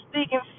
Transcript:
speaking